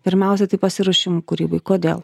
pirmiausia tai pasiruošimu kūrybai kodėl